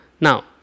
Now